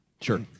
sure